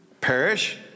Perish